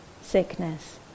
sickness